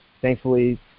thankfully